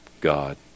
God